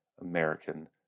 American